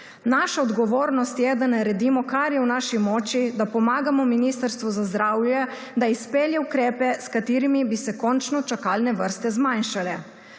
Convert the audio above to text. Naša odgovornost je, da naredimo kar je v naši moči, da pomagamo Ministrstvu za zdravje, da izpelje ukrepe s katerimi bi se končno čakalne vrste zmanjšale.